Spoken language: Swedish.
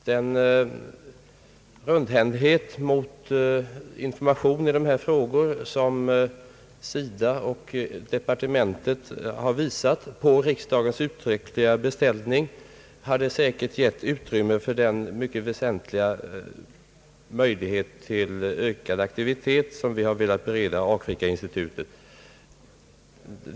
Den rundhänthet med information i dessa frågor, som SIDA och departementet har visat på riksdagens uttryck liga beställning, hade säkert gett utrymme för den mycket väsentliga möjlighet till ökad aktivitet som vi har velat bereda Afrikainstitutet.